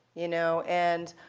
you know. and,